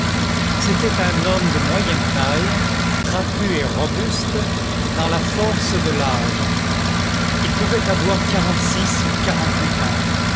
c'était un homme de moyenne taille trapu et robuste dans la force de l'âge il pouvait avoir quarante-six ou quarante-huit ans